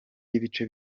ibice